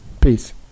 Peace